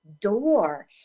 door